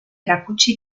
erakutsi